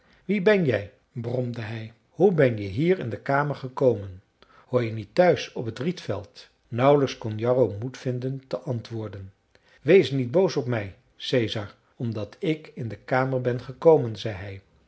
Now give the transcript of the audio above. wie ben jij bromde hij hoe ben je hier in de kamer gekomen hoor jij niet thuis op het rietveld nauwelijks kon jarro moed vinden te antwoorden wees niet boos op mij caesar omdat ik in de kamer ben gekomen zei